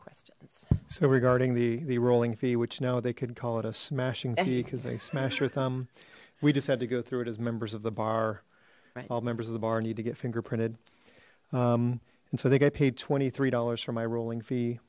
questions so regarding the the rolling fee which no they could call it a smashing because they smash with them we just had to go through it as members of the bar all members of the bar need to get fingerprinted and so i think i paid twenty three dollars for my rolling fee